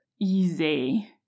easy